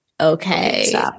okay